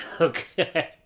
Okay